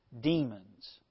demons